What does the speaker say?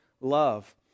love